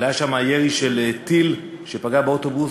היה שם ירי של טיל שפגע באוטובוס,